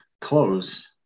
close